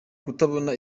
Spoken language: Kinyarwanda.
kutabona